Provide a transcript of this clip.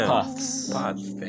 Paths